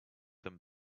them